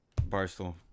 Barstool